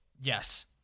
Yes